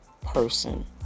person